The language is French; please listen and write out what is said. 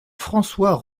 françois